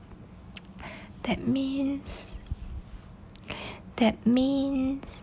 that means that means